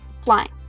Flying